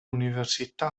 università